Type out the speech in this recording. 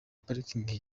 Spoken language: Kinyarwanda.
parikingi